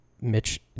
Mitch